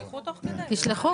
תשלחו.